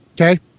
Okay